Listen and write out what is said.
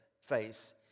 face